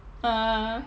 ah